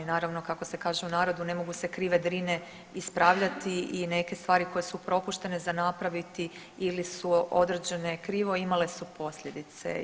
Naravno kako se kaže u narodu ne mogu se krive drine ispravljati i neke stvari koje su propuštene za napraviti ili su odrađene krivo imale su posljedice.